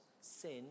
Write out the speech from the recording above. Sin